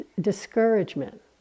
discouragement